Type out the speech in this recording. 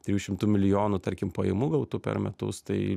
trijų šimtų milijonų tarkim pajamų gautų per metus tai